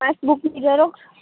પાસબૂકની xerox